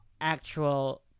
actual